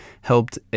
helped